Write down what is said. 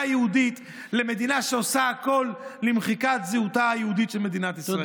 יהודית למדינה שעושה הכול למחיקת זהותה היהודית של מדינת ישראל.